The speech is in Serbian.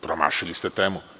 Promašili ste temu.